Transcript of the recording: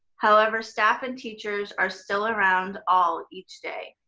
however, staff and teachers are still around all each day.